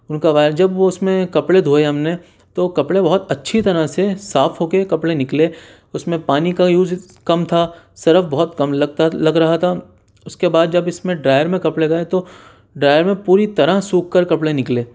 ان کا وائر جب وہ اس میں کپڑے دھوئے ہم نے تو کپڑے بہت اچھی طرح سے صاف ہو کے کپڑے نکلے اس میں پانی کا یوز کم تھا سرف بہت کم لگتا لگ رہا تھا اس کے بعد جب اس میں ڈرائر میں کپڑے گئے تو ڈرائر میں پوری طرح سوکھ کر کپڑے نکلے